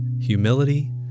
humility